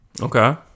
Okay